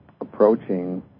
approaching